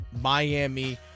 Miami